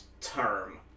term